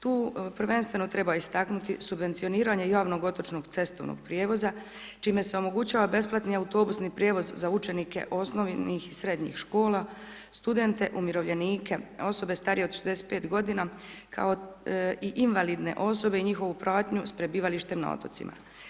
Tu prvenstveno treba istaknuti subvencioniranje javnog otočnog cestovnog prijevoza čime se omogućava besplatni autobusni prijevoz za učenike osnovnih i srednjih škola, studente, umirovljenike, osobe starije od 65 godina kao i invalidne osobe i njihovu pratnju sa prebivalištem na otocima.